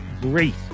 great